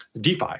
DeFi